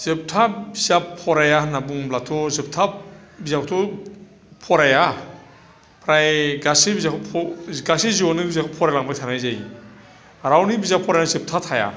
जोबथा बिजाब फराया होनना बुङोब्लाथ' जोबथा बेयावथ' फराया फ्राय गासैबो गासै जिउआवनो जों फरायलांबाय थानाय जायो रावनिबो बिजाब फरायनाया जोबथा थाया